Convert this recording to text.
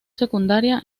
secundaria